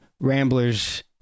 Rambler's